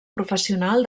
professional